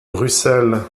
bruxelles